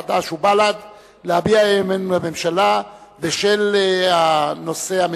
חד"ש ובל"ד להביע אי-אמון בממשלה בשל הנושא המדיני.